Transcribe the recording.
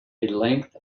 length